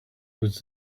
was